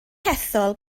hethol